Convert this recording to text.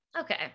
okay